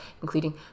including